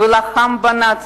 ולחם בנאצים,